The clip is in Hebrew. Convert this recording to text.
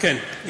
כן.